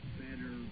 better